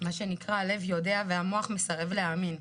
מה שנקרא, הלב יודע והמוח מסרב להאמין.